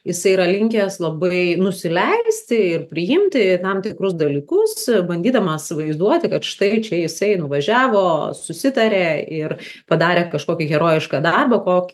jisai yra linkęs labai nusileisti ir priimti tam tikrus dalykus bandydamas vaizduoti kad štai čia jisai nuvažiavo susitarė ir padarė kažkokį herojišką darbą ko